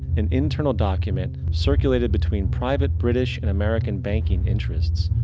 an internal document circulated between private british and american banking interests,